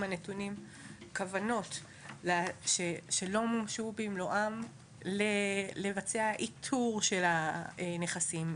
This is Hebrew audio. הנתונים כוונות שלא מומשו במלואן לבצע איתור של הנכסים,